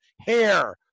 hair